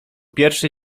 pierwszy